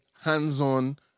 hands-on